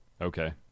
okay